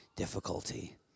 difficulty